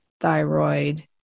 thyroid